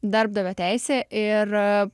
darbdavio teisė ir